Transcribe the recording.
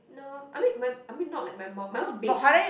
no I mean my I mean not like my mum my mum bakes